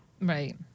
Right